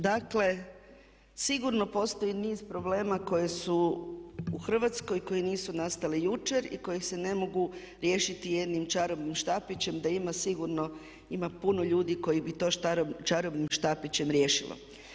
Dakle, sigurno postoji niz problema koji su u Hrvatskoj, koji nisu nastali jučer i koji se ne mogu riješiti jednim čarobnim štapićem da ima sigurno, ima puno ljudi koji bi to čarobnim štapićem riješilo.